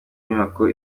nyubako